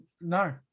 no